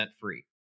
free